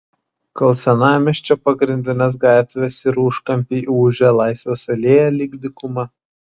kol senamiesčio pagrindinės gatvės ir užkampiai ūžia laisvės alėja lyg dykuma